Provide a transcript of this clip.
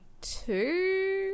two